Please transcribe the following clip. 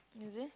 is it